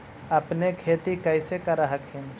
अपने खेती कैसे कर हखिन?